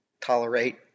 tolerate